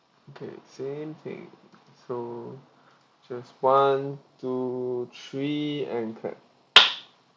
okay same thing so just one two three and clap